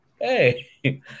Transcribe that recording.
hey